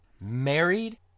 Married